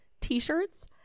t-shirts